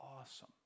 awesome